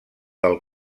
del